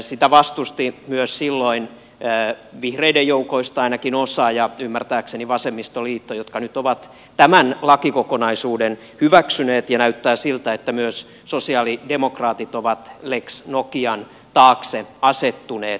sitä vastusti myös silloin vihreiden joukoista ainakin osa ja ymmärtääkseni vasemmistoliitto jotka nyt ovat tämän lakikokonaisuuden hyväksyneet ja näyttää siltä että myös sosialidemokraatit ovat lex nokian taakse asettuneet